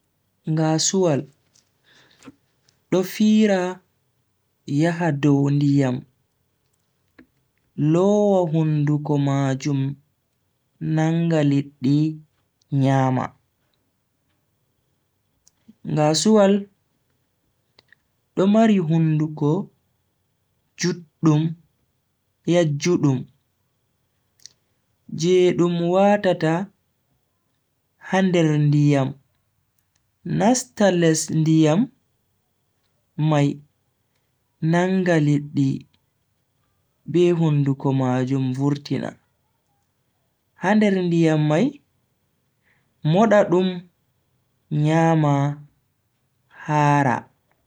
Ngasuwal do fira yaha dow ndiyam lowa hunduko majum nanga liddi nyama. ngasuwal do mari hunduko juddum yajjudum je dum watata ha nder ndiyam nasta les ndiyam mai nanga liddi be hunduko majum vurtina ha nder ndiyam mai, moda dum nyama hara.